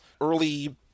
early